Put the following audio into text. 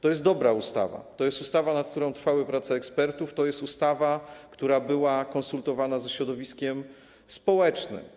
To jest dobra ustawa, to jest ustawa, nad którą trwały prace ekspertów, to jest ustawa, która była konsultowana ze środowiskiem społecznym.